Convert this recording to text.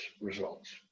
results